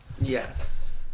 Yes